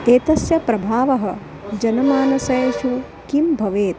एतस्य प्रभावः जनमनस्सु किं भवे